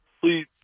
please